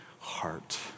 heart